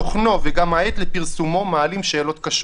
תוכנו וגם העת לפרסומו מעלים שאלות קשות.